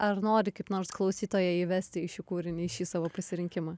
ar nori kaip nors klausytoją įvesti į šį kūrinį į šį savo pasirinkimą